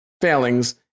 failings